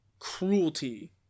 cruelty